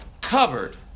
covered